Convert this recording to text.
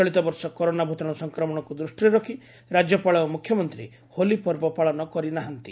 ଚଳିତବର୍ଷ କରୋନା ଭୂତାଣୁ ସଂକ୍ରମଣକୁ ଦୃଷ୍ଟିରେ ରଖ ରାଜ୍ୟପାଳ ଓ ମ୍ରଖ୍ୟମନ୍ତୀ ହୋଲି ପର୍ବ ପାଳନ କରିନାହାନ୍ତି